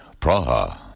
Praha